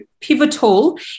pivotal